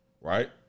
right